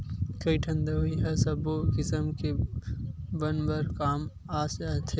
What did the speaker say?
कइठन दवई ह सब्बो किसम के बन बर काम आ जाथे